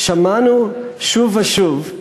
שמענו שוב ושוב,